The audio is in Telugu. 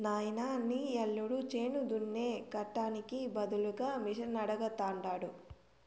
నాయనా నీ యల్లుడు చేను దున్నే కట్టానికి బదులుగా మిషనడగతండాడు